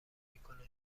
میکنه